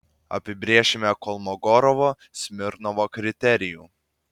apibrėšime kolmogorovo smirnovo kriterijų